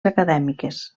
acadèmiques